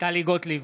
טלי גוטליב,